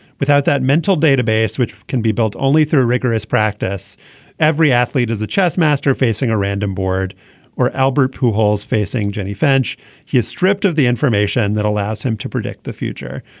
without that mental database which can be built only through rigorous practice every athlete is a chess master facing a random board or albert who holds facing jennie finch he is stripped of the information that allows him to predict the future.